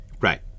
Right